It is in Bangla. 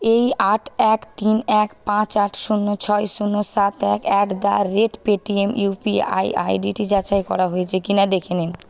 এই আট এক তিন এক পাঁচ আট শূন্য ছয় শূন্য সাত এক at the rate Paytm UPI আইডিটি যাচাই করা হয়েছে কিনা দেখে নিন